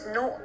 no